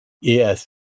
Yes